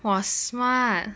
!wah! smart